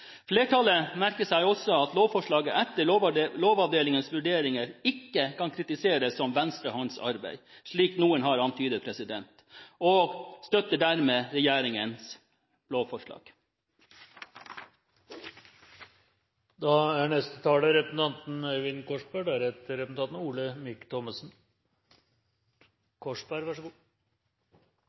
Flertallet merker seg også at lovforslaget etter Lovavdelingens vurderinger ikke kan kritiseres som venstrehåndsarbeid – slik noen har antydet – og støtter dermed regjeringens lovforslag. Regjeringens forslag til ny medieeierskapslov overlater til Medietilsynet å lage regler på helt sentrale områder. Det mener vi er